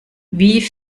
wie